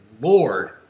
Lord